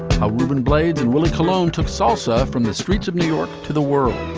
ruben blades and willie cologne took salsa from the streets of new york to the world